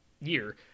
year